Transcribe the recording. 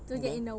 okay